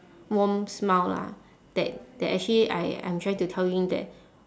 warm smile lah that that actually I I'm trying to tell him that